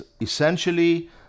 essentially